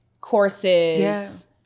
courses